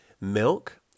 milk